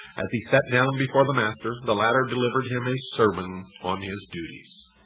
as he sat down before the master, the latter delivered him a sermon on his duties.